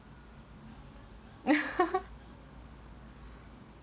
ya